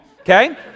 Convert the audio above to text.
okay